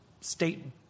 state